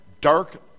dark